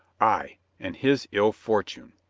ay, and his ill fortune,